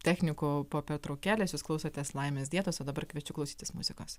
technikų po pertraukėlės jūs klausotės laimės dietos o dabar kviečiu klausytis muzikos